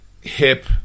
hip